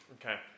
Okay